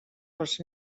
els